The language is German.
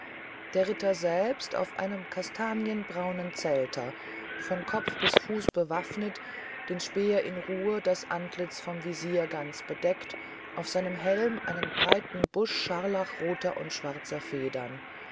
der ritter selbst auf einem kastanienbraunen zelter vom kopf bis zu fuß bewafnet den speer in ruhe das antlitz vom visir ganz bedeckt auf seinem helm einen breiten busch scharlachrother und schwarzer federn